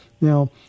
Now